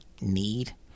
need